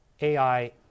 AI